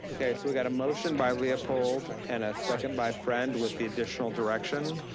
okay, so we've got a motion by leopold, and a second by friend with the additional direction.